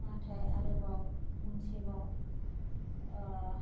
नाथाय आरोबाव मोनसे बाव